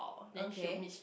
okay